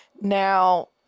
Now